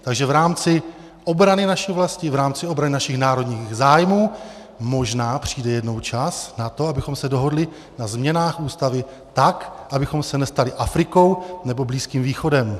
Takže v rámci obrany naší vlasti, v rámci obrany našich národních zájmů možná přijde jednou čas na to, abychom se dohodli na změnách Ústavy tak, abychom se nestali Afrikou nebo Blízkým východem.